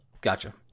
Gotcha